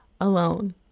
alone